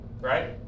Right